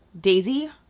Daisy